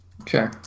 Okay